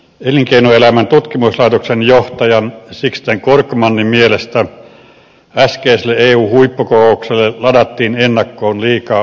elinkeinoelämän tutkimuslaitoksen johtajan sixten korkmanin mielestä äskeiselle eu huippukokoukselle ladattiin ennakkoon liikaa odotuksia